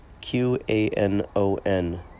Q-A-N-O-N